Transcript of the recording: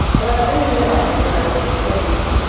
but i soon realised this was over-simplistic.